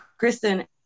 Kristen